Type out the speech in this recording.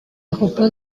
repose